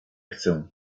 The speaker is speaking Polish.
chcę